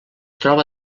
troba